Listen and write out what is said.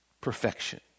perfection